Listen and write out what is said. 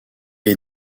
est